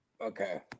Okay